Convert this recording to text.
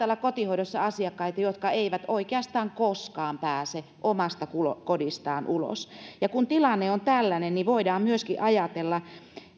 olla kotihoidossa asiakkaita jotka eivät oikeastaan koskaan pääse omasta kodistaan ulos ja kun tilanne on tällainen niin voidaan myöskin ajatella